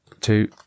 two